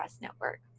network